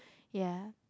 ya